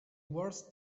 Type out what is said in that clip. wars